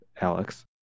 Alex